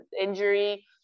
injury